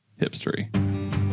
hipstery